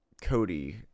Cody